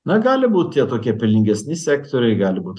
na gali būt tie tokie pelningesni sektoriai gali būt